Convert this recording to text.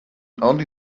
only